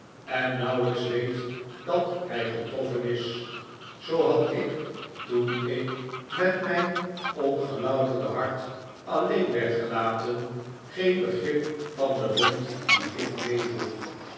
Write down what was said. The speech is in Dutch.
en nauwelijks weet dat hij getroffen is zoo had ik toen ik met mijn ongelouterde hart alleen werd gelaten geen begrip van de wond die ik